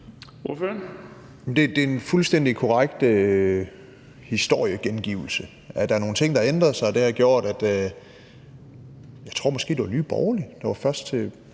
(LA): Det er en fuldstændig korrekt historiegengivelse, at der er nogle ting, der har ændret sig. Jeg tror måske, at det var Nye Borgerlige,